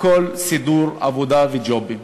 הכול סידור עבודה וג'ובים.